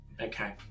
Okay